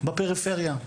בפריפריה.